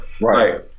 Right